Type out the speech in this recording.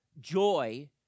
joy